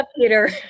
Peter